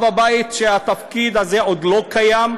של אב הבית, והתפקיד הזה עוד לא קיים.